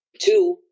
Two